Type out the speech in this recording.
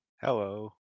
Hello